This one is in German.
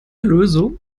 lösung